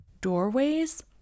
doorways